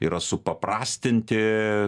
yra supaprastinti